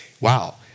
wow